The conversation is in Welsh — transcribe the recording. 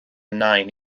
nain